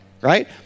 right